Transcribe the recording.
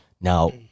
Now